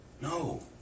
No